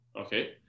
okay